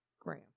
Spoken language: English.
gram